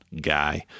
Guy